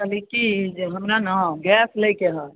कहली की जे हमरा ने गैस लैके हय